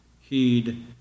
heed